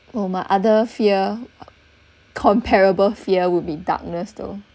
oh my other fear comparable fear would be darkness though